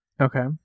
Okay